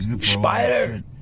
Spider